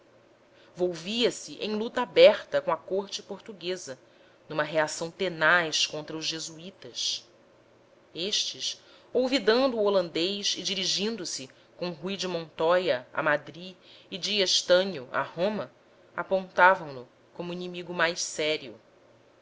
entibiadores volvia se em luta aberta com a corte portuguesa numa reação tenaz contra os jesuítas estes olvidando o holandês e dirigindo-se com ruiz de montoya a madri e díaz tao a roma apontavam no como inimigo mais sério